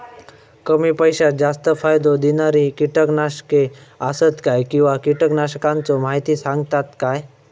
कमी पैशात जास्त फायदो दिणारी किटकनाशके आसत काय किंवा कीटकनाशकाचो माहिती सांगतात काय?